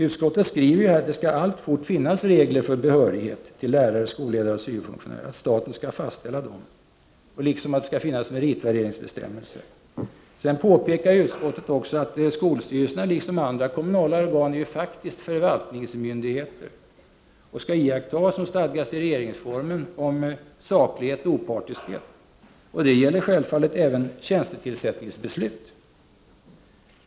Utskottet skriver att det alltfort skall finnas regler för behörighet som lärare, skolledare och syo-funktionärer — staten skall fastställa dem — och att det skall finnas meritvärderingsbestämmelser. Sedan påpekar utskottet också att skolstyrelserna liksom andra kommunala organ faktiskt är förvaltningsmyndigheter och skall iaktta vad som stadgas i regeringsformen om saklighet och opartiskhet. Det gäller självfallet även tjänstetillsättningsbeslut.